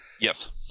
Yes